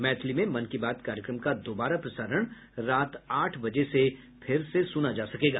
मैथिली में मन की बात कार्यक्रम का दोबारा प्रसारण रात आठ बजे से फिर से सुना जा सकेगा